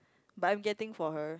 but I'm getting for her